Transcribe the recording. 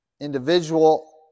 individual